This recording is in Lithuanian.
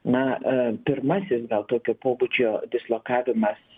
na pirmasis gal tokio pobūdžio dislokavimas